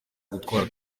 gutwara